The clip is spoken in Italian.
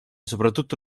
soprattutto